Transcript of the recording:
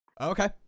Okay